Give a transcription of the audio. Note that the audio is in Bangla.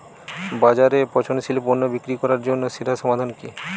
বাজারে পচনশীল পণ্য বিক্রি করার জন্য সেরা সমাধান কি?